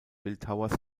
bildhauers